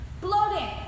Bloating